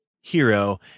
hero